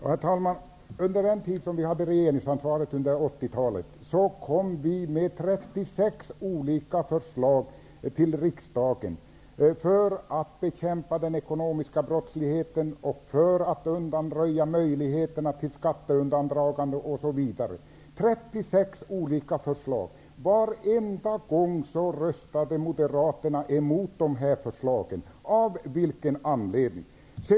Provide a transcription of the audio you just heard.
Herr talman! Under den tid på 80-talet som vi socialdemokrater hade regeringsansvaret lade vi fram 36 olika förslag till riksdagen för att bekämpa den ekonomiska brottsligheten och för att undanröja möjligheterna till skatteundandragande osv. Varenda gång röstade Moderaterna emot dessa förslag. Av vilken anledning?